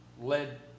led